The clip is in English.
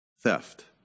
Theft